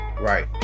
Right